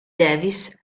davis